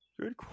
Good